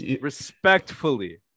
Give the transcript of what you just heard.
Respectfully